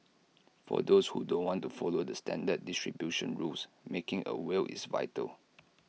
for those who don't want to follow the standard distribution rules making A will is vital